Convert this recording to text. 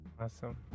Awesome